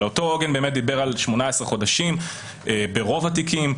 אבל אותו עוגן דיבר על 18 חודשים ברוב התיקים,